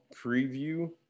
preview